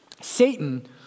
Satan